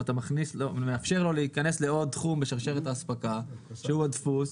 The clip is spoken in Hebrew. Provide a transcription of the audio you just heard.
אם אתה מאפשר לו להיכנס לעוד תחום בשרשרת האספקה שהוא הדפוס,